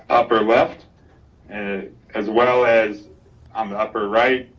upper left and ah as well as on the upper right,